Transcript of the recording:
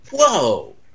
Whoa